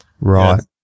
Right